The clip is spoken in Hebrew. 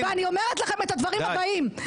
ואני אומרת לכם את הדברים הבאים,